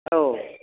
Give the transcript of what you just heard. औ